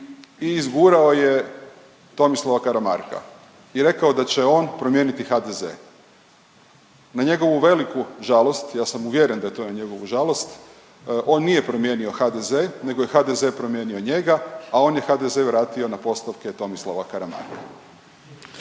i izgurao je Tomislava Karamarka i rekao je da će on promijeniti HDZ. Na njegovu veliku žalost, ja sam uvjeren da je to na njegovu žalost, on nije promijenio HDZ nego je HDZ je promijenio njega, a on je HDZ vratio na postavke Tomislava Karamarka.